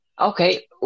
okay